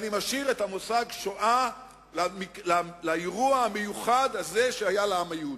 אני משאיר את המושג שואה לאירוע המיוחד הזה שהיה לעם היהודי.